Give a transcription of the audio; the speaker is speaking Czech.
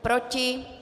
Proti?